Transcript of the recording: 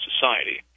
society